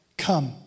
Come